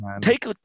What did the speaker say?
take